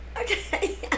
Okay